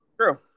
True